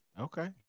Okay